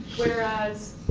whereas,